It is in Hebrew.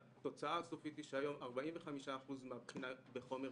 התוצאה הסופית היא שהיום 45% מהבחינה היא בחומר סגור,